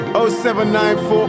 0794